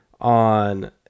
on